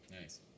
Nice